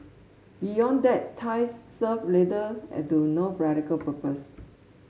beyond that ties serve little to no practical purpose